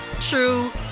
true